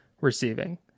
receiving